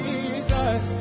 Jesus